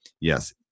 Yes